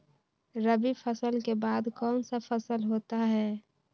रवि फसल के बाद कौन सा फसल होता है?